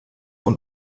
und